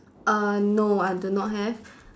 uh no I do not have